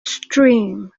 stream